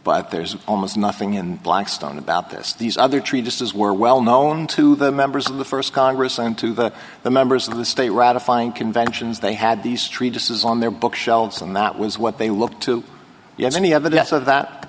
but there's almost nothing in blackstone about this these other treatises were well known to the members of the first congress and to the the members of the state ratifying conventions they had these treatises on their bookshelves and that was what they look to you have any evidence of that